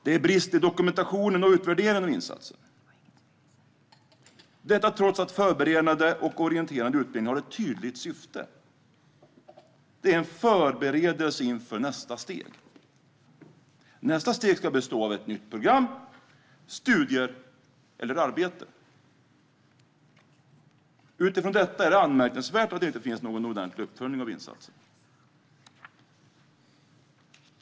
Det finns brister i dokumentationen och utvärderingen av insatsen, detta trots att Förberedande och orienterande utbildning har ett tydligt syfte: Det är en förberedelse inför nästa steg, som ska bestå av ett nytt program - studier eller arbete. Utifrån detta är det anmärkningsvärt att det inte finns någon ordentlig uppföljning av insatsen.